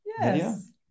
Yes